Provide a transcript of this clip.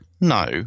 no